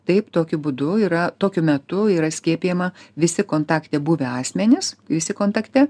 taip tokiu būdu yra tokiu metu yra skiepijama visi kontakte buvę asmenys visi kontakte